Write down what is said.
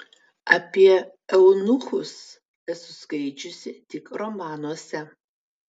apie eunuchus esu skaičiusi tik romanuose